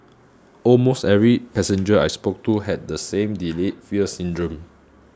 almost every passenger I spoke to had the same delayed fear syndrome